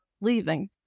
leaving